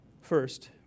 First